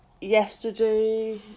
yesterday